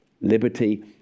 liberty